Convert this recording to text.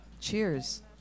cheers